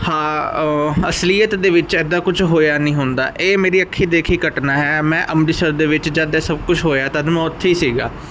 ਅਸਲੀਅਤ ਦੇ ਵਿੱਚ ਇੱਦਾਂ ਕੁਝ ਹੋਇਆ ਨਹੀਂ ਹੁੰਦਾ ਇਹ ਮੇਰੀ ਅੱਖੀ ਦੇਖੀ ਘਟਨਾ ਹੈ ਮੈਂ ਅੰਮ੍ਰਿਤਸਰ ਦੇ ਵਿੱਚ ਜਦ ਸਭ ਕੁਛ ਹੋਇਆ ਤਦ ਮੈਂ ਉੱਥੇ ਹੀ ਸੀਗਾ